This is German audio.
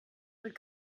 wird